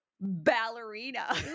Ballerina